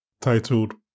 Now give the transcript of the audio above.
titled